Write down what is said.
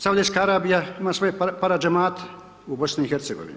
Saudijska Arabija ima svoje paradžemat u BIH.